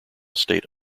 state